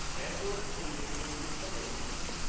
and we're including a utility knife.